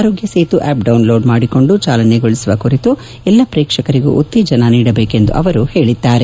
ಅರೋಗ್ಯ Setu app download ಮಾಡಿಕೊಂಡು ಚಾಲನೆಗೊಳಿಸುವ ಕುರಿತು ಎಲ್ಲ ಪ್ರೇಕ್ಷಕರಿಗೂ ಉತ್ತೇಜನ ನೀಡಬೇಕು ಎಂದು ಅವರು ಹೇಳಿದ್ದಾರೆ